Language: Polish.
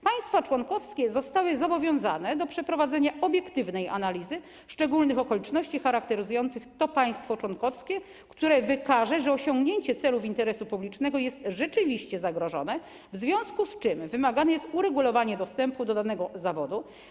Państwa członkowskie zostały zobowiązane do przeprowadzenia obiektywnej analizy szczególnych okoliczności charakteryzujących to państwo członkowskie, które wykaże, że osiągnięcie celów interesu publicznego jest rzeczywiście zagrożone, w związku z czym wymagane jest uregulowanie dostępu do danego zawodu.